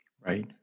Right